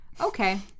Okay